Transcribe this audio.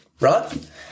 right